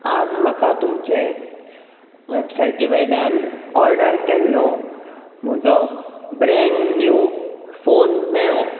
आज म्हाका तुमचें वॅबसायटी वयल्यान ऑडर केल्लो म्हजो ब्रॅण्ड न्यू फोन मेळ्ळो